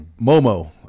Momo